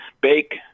Bake